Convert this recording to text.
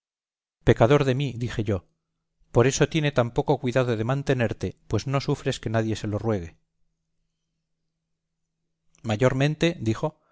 pecador de mí dije yo por eso tiene tan poco cuidado de mantenerte pues no sufres que nadie se lo ruegue mayormente dijo